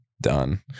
done